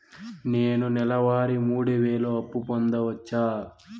నేను నెల వారి మూడు వేలు అప్పు పొందవచ్చా?